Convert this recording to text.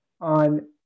on